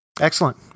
Excellent